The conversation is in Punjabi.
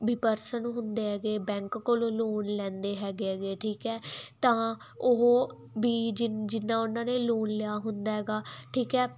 ਵੀ ਪਰਸਨ ਹੁੰਦੇ ਹੈਗੇ ਬੈਂਕ ਕੋਲੋਂ ਲੋਨ ਲੈਂਦੇ ਹੈਗੇ ਐਗੇ ਠੀਕ ਹੈ ਤਾਂ ਉਹ ਵੀ ਜਿੰਨਾ ਉਹਨਾਂ ਨੇ ਲੋਨ ਲਿਆ ਹੁੰਦਾ ਹੈਗਾ ਠੀਕ ਹੈ